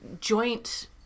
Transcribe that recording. joint